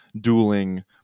dueling